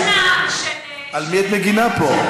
כשיש תמונה, על מי את מגינה פה?